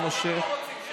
השר מושך?